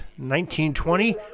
1920